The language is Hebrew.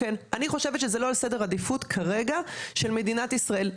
אני חושבת שזה לא על סדר העדיפות כרגע של מדינת ישראל.